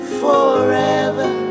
forever